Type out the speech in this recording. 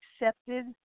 accepted